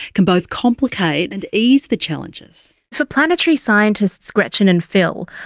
can both complicate and ease the challenges. for planetary scientists gretchen and phil,